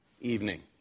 evening